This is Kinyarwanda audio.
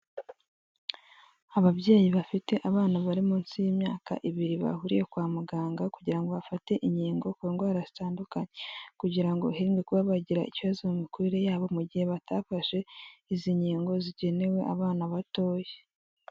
Ababyeyi bafite abana bari munsi y'imyaka ibiri bahuriye kwa muganga kugira ngo bafate inkingo ku ndwara zitandukanye kugira ngo hiringwa bagira ikibazo mu mikurire yabo mu gihe batafashe izi nkingo zigenewe abana batoya.